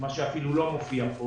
מה שאפילו לא מופיע כאן.